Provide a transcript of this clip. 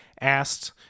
asked